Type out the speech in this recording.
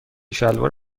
شلوار